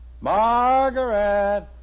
Margaret